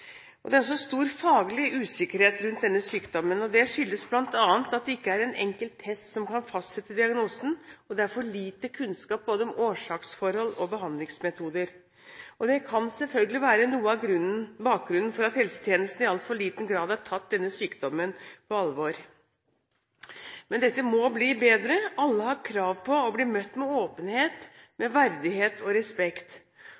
forverring. Det er også stor faglig usikkerhet rundt denne sykdommen. Det skyldes bl.a. at det ikke er en enkel test som kan fastsette diagnosen, og at det er for lite kunnskap om både årsaksforhold og behandlingsmetoder. Det kan selvfølgelig være noe av bakgrunnen for at helsetjenesten i altfor liten grad har tatt denne sykdommen på alvor. Dette må bli bedre. Alle har krav på å bli møtt med åpenhet,